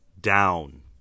down